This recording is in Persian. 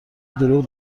دروغ